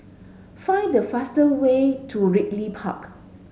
find the fastest way to Ridley Park